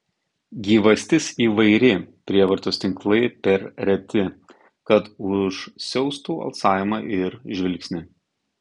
gyvastis įvairi prievartos tinklai per reti kad užsiaustų alsavimą ir žvilgsnį